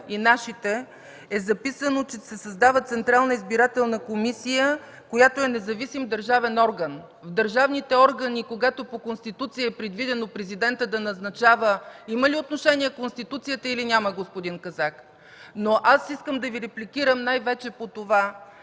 и нашите е записано, че се създава Централна избирателна комисия, която е независим държавен орган. За държавните органи, когато по Конституция е предвидено Президентът да назначава, има ли отношение Конституцията, или няма, господин Казак? Искам да Ви репликирам най-вече по това